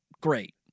great